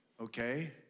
Okay